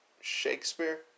Shakespeare